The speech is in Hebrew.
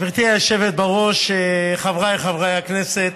גברתי היושבת-ראש, חבריי חברי הכנסת,